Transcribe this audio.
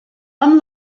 amb